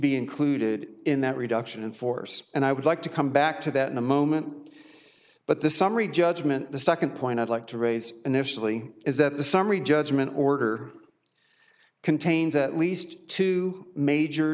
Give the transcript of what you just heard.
be included in that reduction in force and i would like to come back to that in a moment but the summary judgment the second point i'd like to raise initially is that the summary judgment order contains at least two major